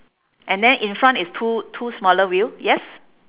and then in front is two two smaller wheel yes